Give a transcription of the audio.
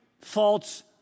false